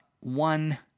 one